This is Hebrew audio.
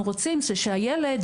אני רוצה להעלות את שרת החינוך, בבקשה.